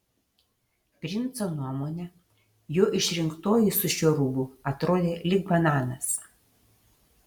princo nuomone jo išrinktoji su šiuo rūbu atrodė lyg bananas